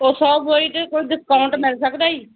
ਉਹ ਸੌ ਬੋਰੀ ਅਤੇ ਕੁਝ ਡਿਸਕਾਊਂਟ ਮਿਲ ਸਕਦਾ ਜੀ